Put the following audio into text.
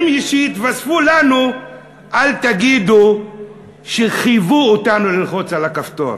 שיתווספו לנו אל תגידו שחייבו אותנו ללחוץ על הכפתור.